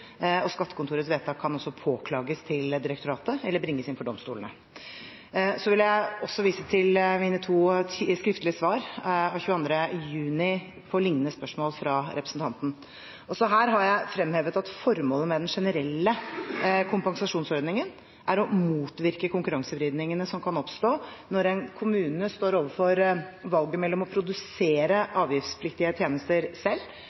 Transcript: og skattekontorets vedtak kan også påklages til direktoratet eller bringes inn for domstolene. Så vil jeg vise til mine to skriftlige svar av 22. juni på lignende spørsmål fra representanten. Også her fremhevet jeg at formålet med den generelle kompensasjonsordningen er å motvirke konkurransevridningene som kan oppstå når en kommune står overfor valget mellom å produsere avgiftspliktige tjenester selv